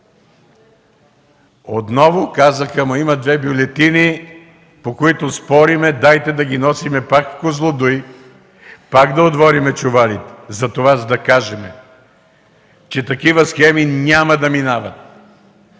отново казаха: „Има две бюлетини, по които спорим, дайте да ги носим пак в Козлодуй и да отворим чувалите!”. За да кажем, че такива схеми няма да минават,